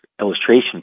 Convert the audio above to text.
illustration